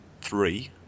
three